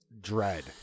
dread